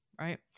right